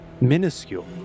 minuscule